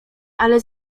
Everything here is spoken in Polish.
ale